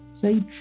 say